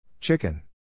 Chicken